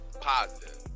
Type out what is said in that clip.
positive